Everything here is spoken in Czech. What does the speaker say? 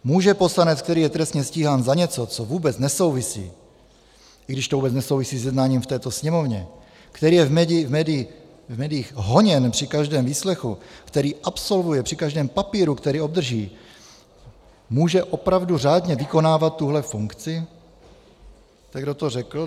Může poslanec, který je trestně stíhán za něco, co vůbec nesouvisí, i když to vůbec nesouvisí s jednáním v této sněmovně, který je v médiích honěn při každém výslechu, který absolvuje při každém papíru, který obdrží, může opravdu řádně vykonávat tuhle funkci? Kdo to řekl?